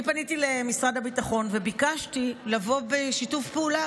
אני פניתי למשרד הביטחון וביקשתי לבוא בשיתוף פעולה,